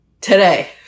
today